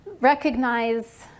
recognize